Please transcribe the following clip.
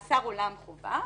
מאסר עולם חובה.